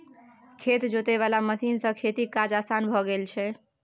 खेत जोते वाला मशीन सँ खेतीक काज असान भए गेल छै